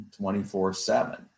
24-7